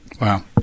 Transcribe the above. Wow